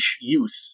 use